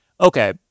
okay